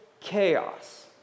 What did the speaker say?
chaos